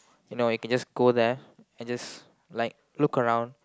you you can just go there and just look around